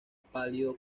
pálido